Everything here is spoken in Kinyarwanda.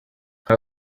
nka